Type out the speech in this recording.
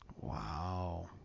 Wow